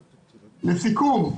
לסיכום,